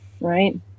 Right